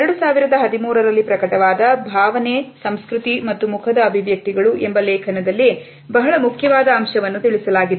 2013ರಲ್ಲಿ ಪ್ರಕಟವಾದ ಭಾವನೆ ಸಂಸ್ಕೃತಿ ಮತ್ತು ಮುಖದ ಅಭಿವ್ಯಕ್ತಿಗಳು ಎಂಬ ಲೇಖನದಲ್ಲಿ ಬಹಳ ಮುಖ್ಯವಾದ ಅಂಶವನ್ನು ತಿಳಿಸಲಾಗಿದೆ